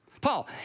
Paul